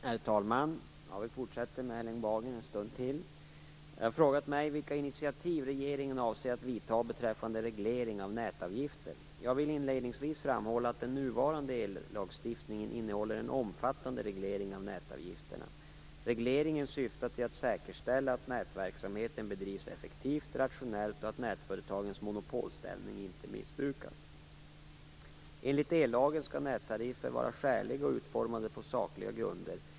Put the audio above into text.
Herr talman! Erling Bager har frågat mig vilka initiativ regeringen avser att vidta beträffande reglering av nätavgifter. Jag vill inledningsvis framhålla att den nuvarande ellagstiftningen innehåller en omfattande reglering av nätavgifterna. Regleringen syftar till att säkerställa att nätverksamheten bedrivs effektivt och rationellt och att nätföretagens monopolställning inte missbrukas. Enligt ellagen skall nättariffer vara skäliga och utformade på sakliga grunder.